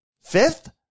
Fifth